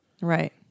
Right